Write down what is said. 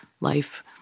life